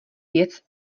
věc